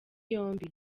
yombi